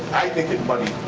think it muddies